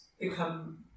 become